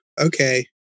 okay